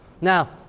now